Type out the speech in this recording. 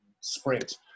sprint